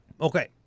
Okay